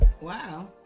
Wow